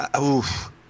oof